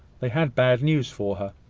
they had bad news for her,